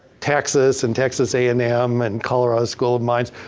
texas and texas a and m, and colorado school of mines.